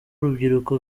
urubyiruko